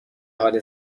حال